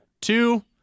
Two